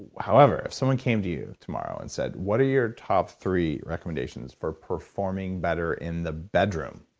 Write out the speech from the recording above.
however, if someone came to you tomorrow and said, what are your top three recommendations for performing better in the bedroom?